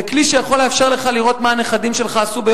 זה כלי שיכול לאפשר לך לראות מה הנכדים שלך עשו ביום שבת.